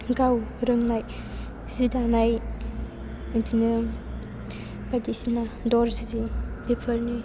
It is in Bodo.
गाव रोंनाय सि दानाय बिदिनो बायदिसिना दर्जि बेफोरनि